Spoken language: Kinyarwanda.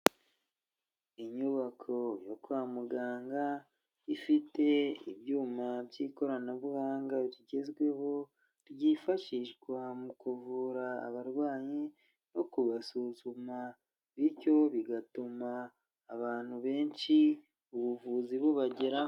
Inyubako yo kwa muganga ifite ibyuma by'ikoranabuhanga rigezweho ryifashishwa mu kuvura abarwayi no kubasuzuma, bityo bigatuma abantu benshi ubuvuzi bubageraho.